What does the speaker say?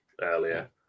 earlier